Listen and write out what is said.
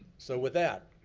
so with that,